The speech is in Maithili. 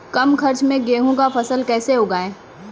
कम खर्च मे गेहूँ का फसल कैसे उगाएं?